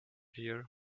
here